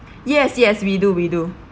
yes yes we do we do